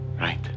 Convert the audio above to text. Right